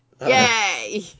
Yay